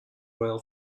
royal